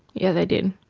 yeah they did,